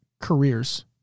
careers